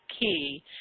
key